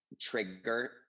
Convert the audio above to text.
trigger